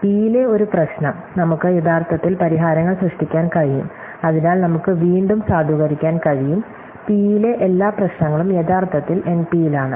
പിയിലെ ഒരു പ്രശ്നം നമുക്ക് യഥാർത്ഥത്തിൽ പരിഹാരങ്ങൾ സൃഷ്ടിക്കാൻ കഴിയും അതിനാൽ നമുക്ക് വീണ്ടും സാധൂകരിക്കാൻ കഴിയും പിയിലെ എല്ലാ പ്രശ്നങ്ങളും യഥാർത്ഥത്തിൽ എൻപിയിലാണ്